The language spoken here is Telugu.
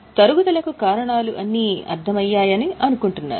తరుగుదలకు కారణాలు అన్నీ అర్థం అయ్యాయి అని అనుకుంటున్నాను